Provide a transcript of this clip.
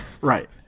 Right